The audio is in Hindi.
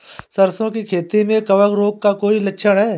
सरसों की खेती में कवक रोग का कोई लक्षण है?